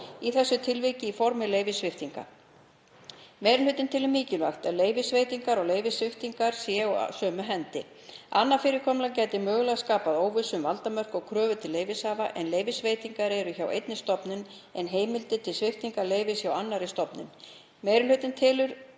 í þessu tilviki í formi leyfissviptinga. Meiri hlutinn telur mikilvægt að leyfisveitingar og leyfissviptingar séu á sömu hendi. Annað fyrirkomulag gæti mögulega skapað óvissu um valdmörk og kröfur til leyfishafa ef leyfisveitingar eru hjá einni stofnun en heimildir til sviptingar leyfis hjá annarri stofnun. Meiri hlutinn telur